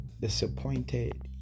disappointed